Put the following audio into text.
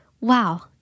wow